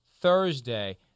Thursday